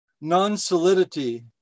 non-solidity